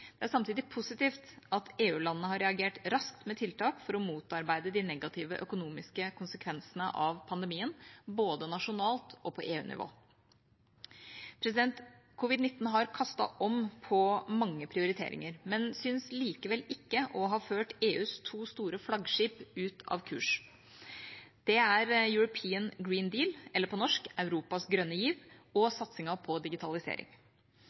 Det er samtidig positivt at EU-landene har reagert raskt med tiltak for å motarbeide de negative økonomiske konsekvensene av pandemien, både nasjonalt og på EU-nivå. Covid-l9 har kastet om på mange prioriteringer, men synes likevel ikke å ha ført EUs to store flaggskip ut av kurs. Det er European Green Deal – eller på norsk: Europas grønne giv – og satsingen på digitalisering.